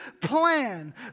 plan